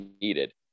needed